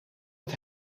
het